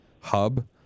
hub